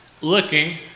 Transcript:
looking